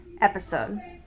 episode